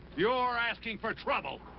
you're asking for trouble.